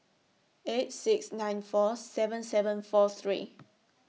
eight six nine four seven seven four three